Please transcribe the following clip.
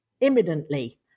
imminently